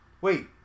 Wait